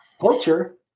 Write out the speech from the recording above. culture